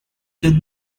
did